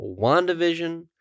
WandaVision